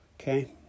okay